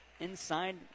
inside